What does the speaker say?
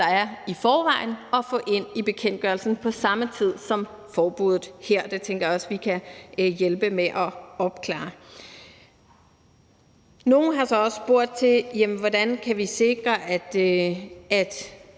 der er i forvejen, at få ind i bekendtgørelsen på samme tid som forbuddet her. Det tænker jeg også at vi kan hjælpe med at opklare. Nogle har så også spurgt til, hvordan vi kan sikre, at